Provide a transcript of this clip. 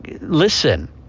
listen